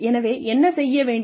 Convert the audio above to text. எனவே என்ன செய்ய வேண்டும்